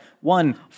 one